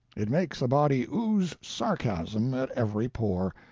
it makes a body ooze sarcasm at every pore,